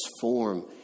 form